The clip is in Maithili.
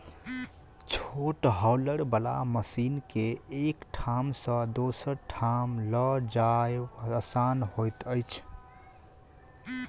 छोट हौलर बला मशीन के एक ठाम सॅ दोसर ठाम ल जायब आसान होइत छै